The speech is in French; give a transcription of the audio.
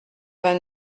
vingt